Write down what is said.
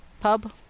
pub